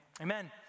Amen